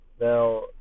Now